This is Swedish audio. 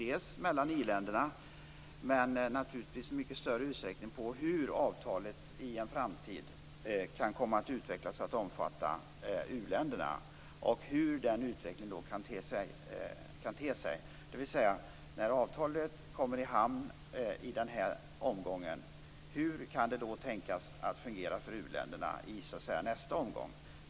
Det gäller dels i relationen mellan i-länderna, dels, och naturligtvis i mycket större utsträckning, hur avtalet i en framtid kan komma att utvecklas till att omfatta också u-länderna och hur den utvecklingen då kan te sig. När avtalet kommer i hamn i den här omgången, hur kan det då tänkas att fungera för u-länderna i nästa omgång?